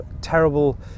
terrible